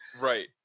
Right